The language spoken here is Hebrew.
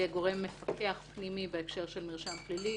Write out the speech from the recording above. יהיה גורם מפקח פנימי בהקשר של מרשם פלילי,